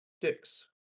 Dicks